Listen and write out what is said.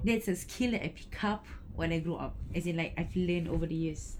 that's a skill that I picked up when I grow up as in like I've learnt over the years